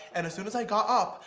and as soon as i got up,